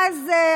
מה זה,